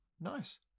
nice